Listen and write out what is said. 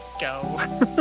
go